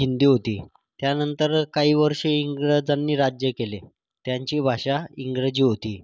हिंदी होती त्यानंतर काही वर्ष इंग्रजांनी राज्य केले त्यांची भाषा इंग्रजी होती